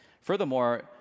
Furthermore